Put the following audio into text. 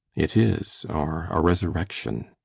it is or a resurrection.